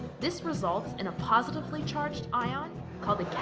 this results in a positively charged ion called a